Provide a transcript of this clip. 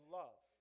love